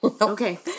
Okay